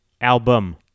Album